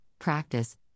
practice